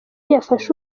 yafashe